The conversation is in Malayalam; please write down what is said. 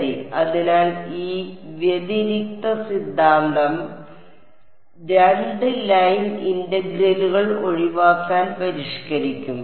ശരി അതിനാൽ ഈ വ്യതിരിക്ത സിദ്ധാന്തം 2 ലൈൻ ഇന്റഗ്രലുകൾ ഒഴിവാക്കാൻ പരിഷ്കരിക്കും